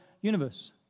universe